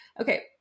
Okay